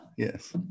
Yes